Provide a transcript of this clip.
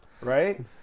right